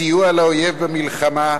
סיוע לאויב במלחמה,